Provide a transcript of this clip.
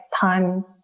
time